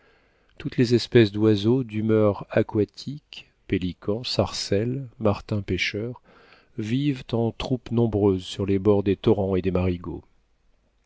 toutes les espèces d'oiseaux d'humeur aquatique pélicans sarcelles martins pêcheurs vivent en troupes nombreuses sur les bords des torrents et des marigots